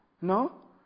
no